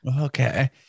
okay